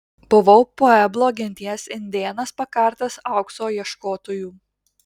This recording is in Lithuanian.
buvau pueblo genties indėnas pakartas aukso ieškotojų